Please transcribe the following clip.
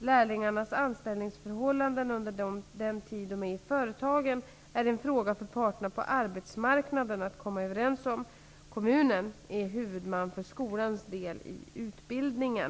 Lärlingarnas anställningsförhållanden under den tid de är i företagen är en fråga för parterna på arbetsmarknaden att komma överens om. Kommunen är huvudman för skolans del i utbildningen.